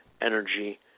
energy